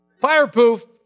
Fireproof